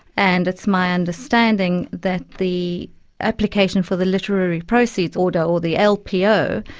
and it's my understanding that the application for the literary proceeds order, or the lpo,